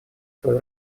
свою